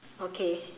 okay